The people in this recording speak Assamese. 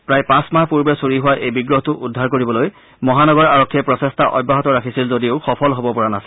প্ৰায় পাঁচমাহ পূৰ্বে চুৰি হোৱা এই বিগ্ৰহটো উদ্ধাৰ কৰিবলৈ মহানগৰ আৰক্ষীয়ে প্ৰচেষ্টা অব্যাহত ৰাখিছিল যদিও সফল হ'ব পৰা নাছিল